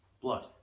blood